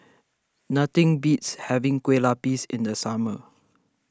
nothing beats having Lueh Lapis in the summer